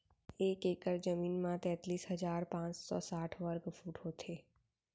एक एकड़ जमीन मा तैतलीस हजार पाँच सौ साठ वर्ग फुट होथे